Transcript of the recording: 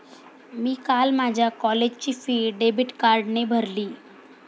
मी काल माझ्या कॉलेजची फी डेबिट कार्डने भरली